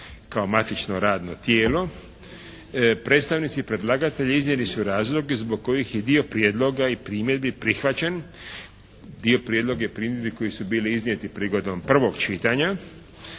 kao matično radno tijelo. Predstavnici predlagatelja iznijeli su razloge zbog kojih i dio prijedloga i primjedbi prihvaćen. Dio prijedloga i primjedbi koji su bili iznijeti prigodom prvog čitanja.